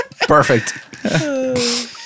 Perfect